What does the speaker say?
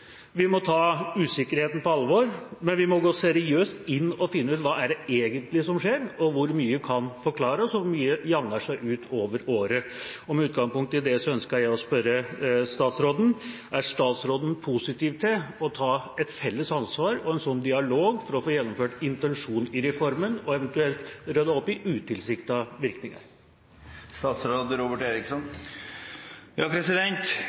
Vi må ta usikkerheten på alvor, men vi må gå seriøst inn og finne ut hva det er som egentlig skjer, hvor mye som kan forklares, og hvor mye som jamner seg ut over året. Med utgangspunkt i dette ønsker jeg å spørre statsråden: Er statsråden positiv til å ta et felles ansvar og ha en slik dialog for å få gjennomført intensjonen i reformen og eventuelt rydde opp i utilsiktede virkninger?